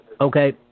Okay